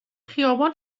خیابان